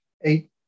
eight